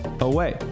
away